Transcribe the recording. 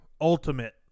Ultimate